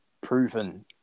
proven